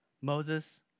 Moses